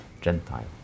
Gentile